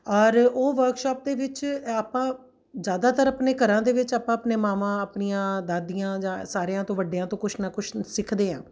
ਔਰ ਉਹ ਵਰਕਸ਼ਾਪ ਦੇ ਵਿੱਚ ਆਪਾਂ ਜ਼ਿਆਦਾਤਰ ਆਪਣੇ ਘਰਾਂ ਦੇ ਵਿੱਚ ਆਪਾਂ ਆਪਣੇ ਮਾਵਾਂ ਆਪਣੀਆਂ ਦਾਦੀਆਂ ਜਾਂ ਸਾਰਿਆਂ ਤੋਂ ਵੱਡਿਆਂ ਤੋਂ ਕੁਛ ਨਾ ਕੁਛ ਸਿੱਖਦੇ ਹਾਂ